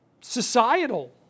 societal